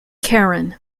karen